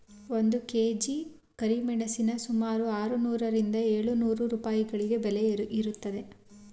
ಒಂದು ಕೆ.ಜಿ ಕರಿಮೆಣಸಿನ ಸುಮಾರು ಆರುನೂರರಿಂದ ಏಳು ನೂರು ರೂಪಾಯಿವರೆಗೆ ಬೆಲೆ ಇರುತ್ತದೆ